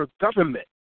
government